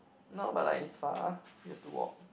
no but like is far you have to walk